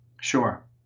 Sure